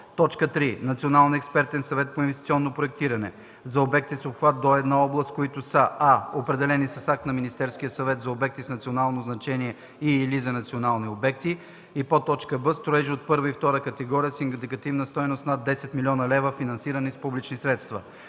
закон; 3. Националния експертен съвет по инвестиционно проектиране – за обекти с обхват до една област, които са: а) определени с акт на Министерския съвет за обекти с национално значение и/или за национални обекти; б) строежи от първа и втора категория с индикативна стойност над 10 000 000 лв., финансирани с публични средства.